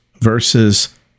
versus